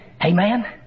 Amen